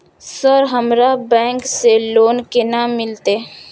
Sir हमरा bank से loan केना मिलते?